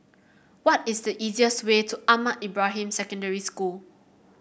what is the easiest way to Ahmad Ibrahim Secondary School